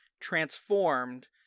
transformed